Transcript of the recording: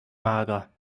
mager